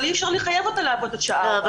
אבל אי אפשר לחייב אותה לעבוד עד שעה ארבע.